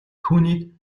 түүнийг